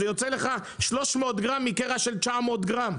זה יוצא לך 300 גרם מקרע של 900 גרם.